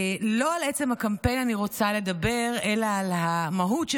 לא על עצם הקמפיין אני רוצה לדבר אלא על המהות שבו.